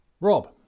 Rob